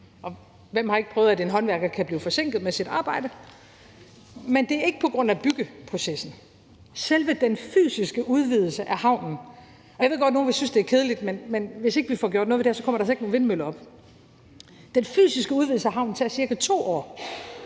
Hvem har ikke prøvet, at en håndværker kan blive forsinket med sit arbejde? Men det er ikke på grund af byggeprocessen. Selve den fysiske udvidelse af havnen – og jeg ved godt, at nogle vil synes, det er kedeligt, men hvis ikke vi får gjort noget ved det her, kommer der altså ikke nogen vindmøller op – tager ca. 2 år.